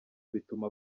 bituma